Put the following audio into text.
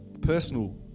personal